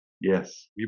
Yes